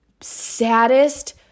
saddest